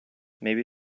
maybe